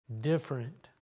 different